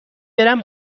برم